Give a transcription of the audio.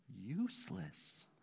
useless